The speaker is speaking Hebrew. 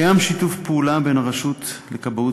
קיים שיתוף פעולה בין הרשות לכבאות